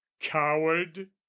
coward